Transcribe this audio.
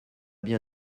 bien